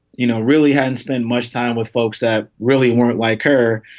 you know, really hadn't spent much time with folks that really weren't like her.